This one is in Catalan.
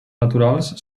naturals